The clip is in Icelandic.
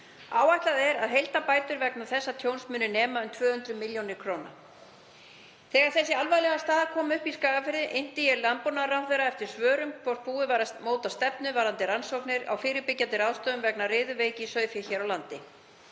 Áætlað er að heildarbætur vegna þessa tjóns muni nema um 200 millj. kr. Þegar þessi alvarlega staða kom upp í Skagafirði innti ég landbúnaðarráðherra eftir svörum um hvort búið væri að móta stefnu varðandi rannsóknir á fyrirbyggjandi ráðstöfunum vegna riðuveiki í sauðfé hér á landi.